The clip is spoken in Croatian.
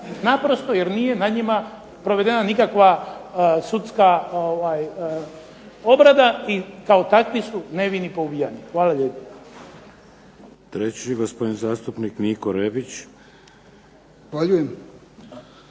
naprosto jer nije nad njima provedena nikakva sudska obrada i kao takvi su nevini poubijani. Hvala lijepo. **Šeks, Vladimir (HDZ)** Treći, gospodin zastupnik Niko Rebić. **Rebić,